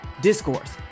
Discourse